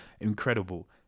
incredible